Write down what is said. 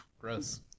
gross